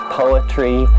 poetry